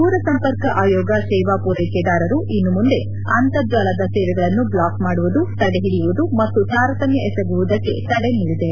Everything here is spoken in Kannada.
ದೂರಸಂಪರ್ಕ ಆಯೋಗ ಸೇವಾ ಪೂರ್ವೆಕೆದಾರರು ಇನ್ನುಮುಂದೆ ಅಂತರ್ಜಾಲದ ಸೇವೆಗಳನ್ನು ಬ್ಲಾಕ್ ಮಾಡುವುದು ತಡೆ ಹಿಡಿಯುವುದು ಮತ್ತು ತಾರತಮ್ಯ ಎಸಗುವುದಕ್ಕೆ ತಡೆ ನೀಡಿದೆ